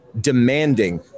demanding